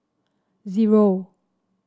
zero